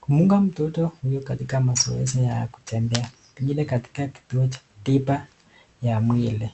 Kumuunga mtoto huyu katika mazoezi ya kutembea ile katika kituo cha tiba mwilini.